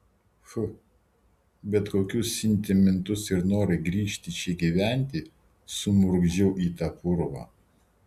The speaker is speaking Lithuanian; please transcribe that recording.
fu bet kokius sentimentus ir norą grįžti čia gyventi sumurgdžiau į tą purvą